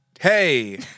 Hey